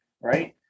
right